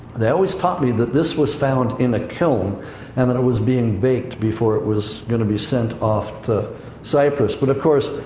they always taught me that this was found in a kiln and that it was being baked before it was gonna be sent off to cyprus. but, of course,